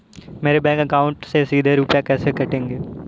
मेरे bank account से सीधे रुपए कैसे कटेंगे?